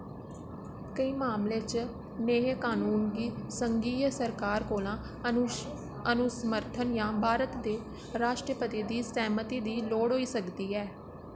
केईं मामलें च नेह् क़ानून गी संघीय सरकार कोला अनुसमर्थन जां भारत दे राष्ट्रपति दी सैह्मती दी लोड़ होई सकदी ऐ